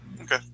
Okay